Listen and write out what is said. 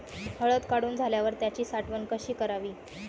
हळद काढून झाल्यावर त्याची साठवण कशी करावी?